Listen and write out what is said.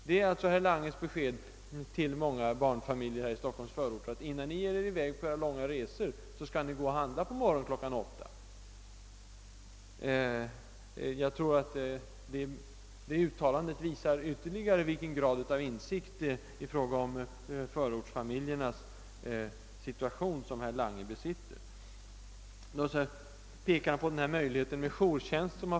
Det är alltså berr Langes besked till många barnfamiljer i Stockholms förorter, att innan ni ger iväg på era långa resor till jobbet skall ni gå och handla på morgonen kl. 8! Det uttalandet visar i ännu högre grad vilken grad av insikt i fråga om förortsfamiljernas situation som herr Lange besitter. Han pekar då på möjligheten till jourtjänst.